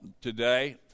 today